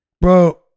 bro